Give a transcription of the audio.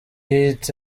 hit